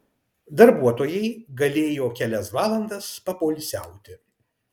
darbuotojai galėjo kelias valandas papoilsiauti